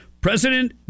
President